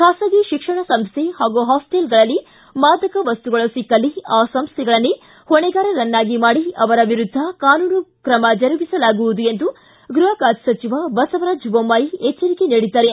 ಖಾಸಗಿ ಶಿಕ್ಷಣ ಸಂಸ್ಥೆ ಹಾಗೂ ಹಾಸ್ಟೆಲ್ಗಳಲ್ಲಿ ಮಾದಕ ವಸ್ತುಗಳು ಸಿಕ್ಕಲ್ಲಿ ಆ ಸಂಸ್ಥೆಗಳನ್ನೇ ಹೊಣೆಗಾರರನ್ನಾಗಿ ಮಾಡಿ ಅವರ ವಿರುದ್ದ ಕಾನೂನು ತ್ರಮ ಜರುಗಿಸಲಾಗುವುದು ಎಂದು ಗೃಹ ಖಾತೆ ಸಚಿವ ಬಸವರಾಜ ಬೊಮ್ಬಾಯಿ ಎಚ್ಚರಿಕೆ ನೀಡಿದ್ದಾರೆ